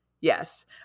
Yes